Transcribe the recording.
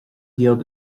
bheag